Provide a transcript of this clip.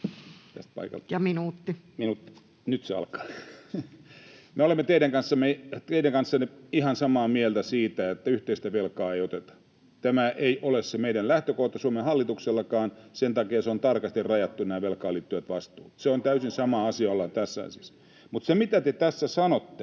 Ja minuutti!] — Minuutti. Nyt se alkaa. Me olemme teidän kanssanne ihan samaa mieltä siitä, että yhteistä velkaa ei oteta. Tämä ei ole se lähtökohta Suomen hallituksellakaan, sen takia on tarkasti rajattu nämä velkaan liittyvät vastuut. Täysin samalla asialla olemme tässä asiassa. Mutta se, mitä te tässä sanotte: